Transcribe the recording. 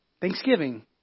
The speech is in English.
Thanksgiving